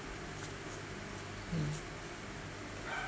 mm